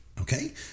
Okay